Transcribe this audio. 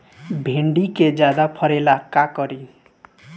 भिंडी के ज्यादा फरेला का करी?